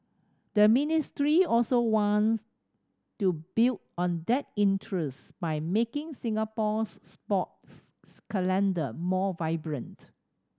the ministry also wants to build on that interest by making Singapore's sports calendar more vibrant